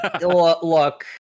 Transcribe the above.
look